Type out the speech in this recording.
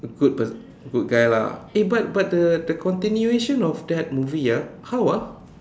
good good guy lah eh but but the the continuation of that movie ah how ah